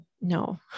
No